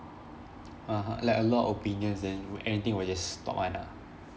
(uh huh) like a lot of opinions then anything will just talk [one] ah